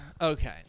Okay